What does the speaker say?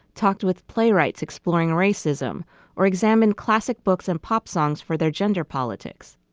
talked with playwrights exploring racism or examine classic books and pop songs for their gender politics.